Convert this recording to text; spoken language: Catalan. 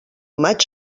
maig